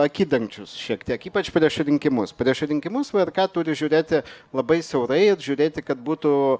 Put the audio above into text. akidangčius šiek tiek ypač prieš rinkimus prieš rinkimus vrk turi žiūrėti labai siaurai ir žiūrėti kad būtų